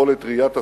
יכולת ראיית הסכנה,